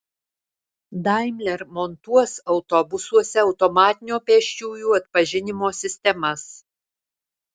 daimler montuos autobusuose automatinio pėsčiųjų atpažinimo sistemas